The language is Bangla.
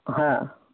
হ্যাঁ